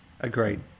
Agreed